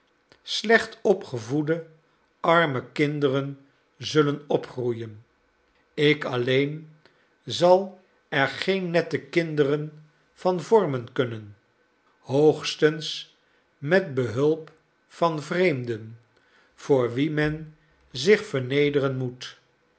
slecht opgevoede arme kinderen zullen opgroeien ik alleen zal er geen nette kinderen van vormen kunnen hoogstens met hulp van vreemden voor wie men zich vernederen moet